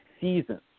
seasons